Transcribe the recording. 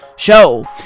show